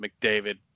McDavid